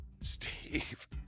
Steve